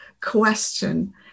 question